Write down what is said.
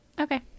Okay